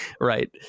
Right